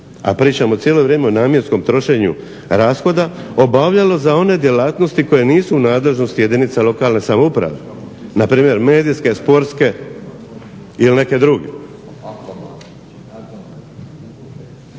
a pričamo cijelo vrijeme o namjenskom trošenju rashoda, obavljalo za one djelatnosti koje nisu u nadležnosti jedinica lokalne samouprave npr. Medijske, sportske ili neke druge.